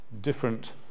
different